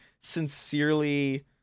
sincerely